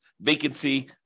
vacancy